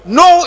no